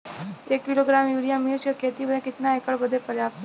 एक kilogram urea मिर्च क खेती में कितना एकड़ बदे पर्याप्त ह?